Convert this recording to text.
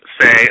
say